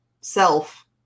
self